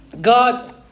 God